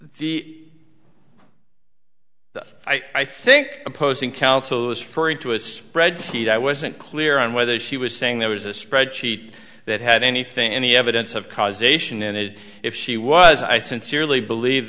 the i think opposing counsel is for into a spreadsheet i wasn't clear on whether she was saying there was a spread sheet that had anything any evidence of causation in it if she was i sincerely believe